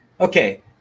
okay